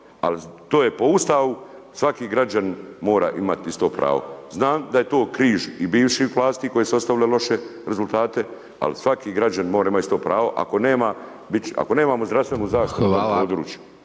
ali to je po Ustavu, svaki građanin mora imati isto pravo. Znam da je to križ i bivših vlasti koje su ostavile loše rezultate ali svaki građanin mora imati isto pravo, ako nemamo zdravstvenu zaštitu na tom